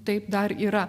taip dar yra